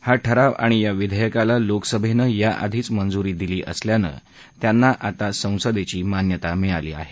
हा ठराव आणि या विधेयकाला लोकसभेनं आधीच मंजुरी दिली असल्यानं त्यांना आता संसदेची मान्यता मिळाली आहे